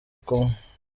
kumwe